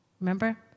Remember